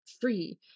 free